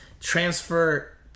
transfer